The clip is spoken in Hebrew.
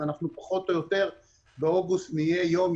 אז אנחנו פחות או יותר באוגוסט נהיה יום,